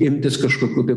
imtis kažkokių tai